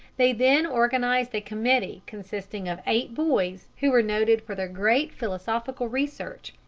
they then organized a committee consisting of eight boys who were noted for their great philosophical research,